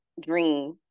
dream